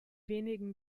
wenigen